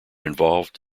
involved